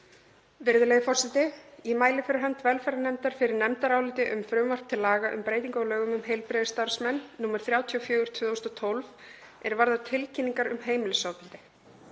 Virðulegi forseti. Ég mæli fyrir hönd velferðarnefndar fyrir nefndaráliti um frumvarp til laga um breytingu á lögum um heilbrigðisstarfsmenn, nr. 34/2012, er varðar tilkynningar um heimilisofbeldi.